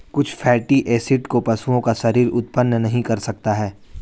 कुछ fatty acid को पशुओं का शरीर उत्पन्न नहीं कर सकता है